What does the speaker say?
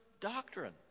doctrine